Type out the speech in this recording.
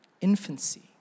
infancy